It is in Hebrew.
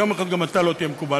ויום אחד גם אתה לא תהיה מקובל.